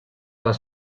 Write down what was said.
les